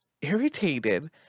irritated